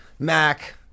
Mac